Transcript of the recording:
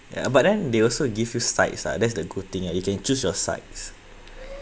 ya but then they also give you sides lah that's the good thing ah you can choose your sides